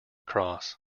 cross